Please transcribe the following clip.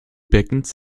beckens